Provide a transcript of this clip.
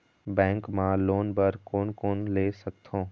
Bank मा loan बर कोन कोन ले सकथों?